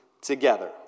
together